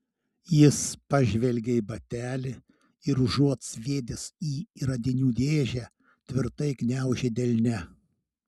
jis pažvelgė į batelį ir užuot sviedęs jį į radinių dėžę tvirtai gniaužė delne